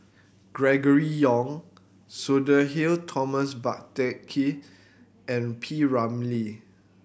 Gregory Yong Sudhir Thomas Vadaketh and P Ramlee